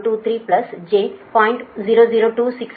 0123 j0